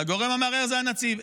והגורם המערער הוא הנציב.